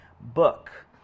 book